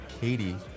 katie